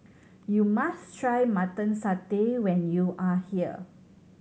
you must try Mutton Satay when you are here